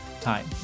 time